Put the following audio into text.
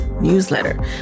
newsletter